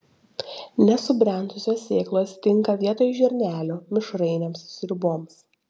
nesubrendusios sėklos tinka vietoj žirnelių mišrainėms sriuboms